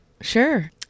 Sure